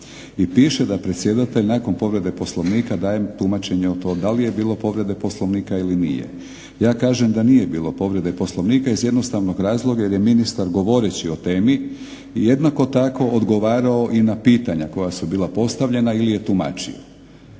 i piše da predsjedatelj nakon povrede Poslovnika daje tumačenje o tome da li je bilo povrede Poslovnika ili nije. Ja kažem da nije bilo povrede Poslovnika iz jednostavnog razloga jer je ministar govoreći o temi jednako tako odgovarao i na pitanja koja su bila postavljena ili je tumačio.